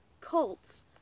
cults